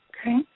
Okay